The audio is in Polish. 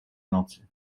nocy